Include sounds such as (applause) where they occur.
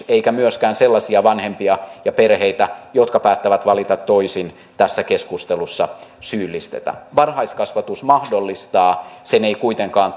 (unintelligible) eikä myöskään sellaisia vanhempia ja perheitä jotka päättävät valita toisin tässä keskustelussa syyllistetä varhaiskasvatus mahdollistaa sen ei kuitenkaan (unintelligible)